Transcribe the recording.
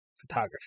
photography